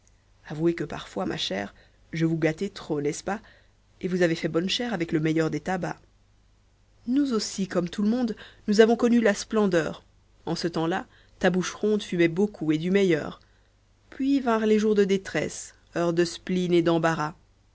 avouez que parfois ma chère je vous gâtai trop n'est-ce pas et vous avez fait bonne chère avec le meilleur des tabacs nous aussi comme tout le monde nous avons connu la splendeur en ce temps-là ta bouche ronde fumait beaucoup et du meilleur puis vinrent les jours de détresse heures de spleen et d'embarras